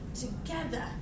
together